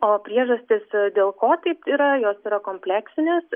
o priežastys dėl ko taip yra jos yra kompleksinės